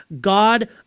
God